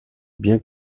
bien